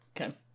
Okay